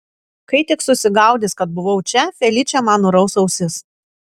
kai tik susigaudys kad buvau čia feličė man nuraus ausis